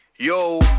yo